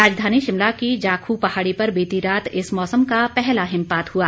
राजधानी शिमला की जाखू पहाड़ी पर बीती रात इस मौसम का पहला हिमपात हुआ